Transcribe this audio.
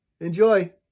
Enjoy